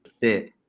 fit